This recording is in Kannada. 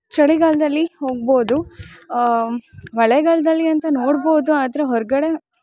ಚಳಿಗಾಲದಲ್ಲಿ ಹೋಗ್ಬೌದು ಮಳೆಗಾಲದಲ್ಲಿ ಅಂತ ನೋಡ್ಬೌದು ಆದರೆ ಹೊರಗಡೆ